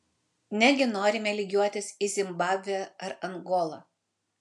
negi norime lygiuotis į zimbabvę ar angolą